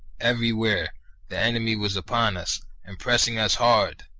everywhere the enemy was upon us, and pressing us hard.